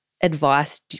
advice